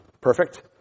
perfect